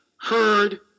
heard